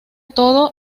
todo